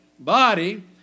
body